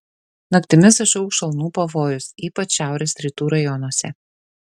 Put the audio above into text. naktimis išaugs šalnų pavojus ypač šiaurės rytų rajonuose